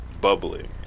bubbly